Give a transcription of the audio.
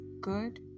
good